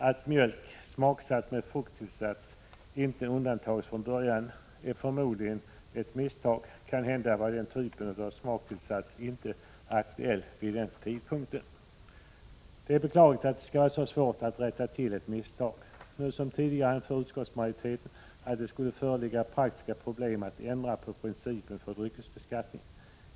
Att mjölk smaksatt med frukttillsats inte undantagits från början är förmodligen ett misstag — kanhända var den typen av smaktillsats inte aktuell vid den tidpunkten. Det är beklagligt att det skall vara så svårt att rätta till ett misstag. Nu som tidigare anför utskottsmajoriteten att det skulle föreligga praktiska problem att ändra på principen för dryckesbeskattningen.